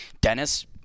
Dennis –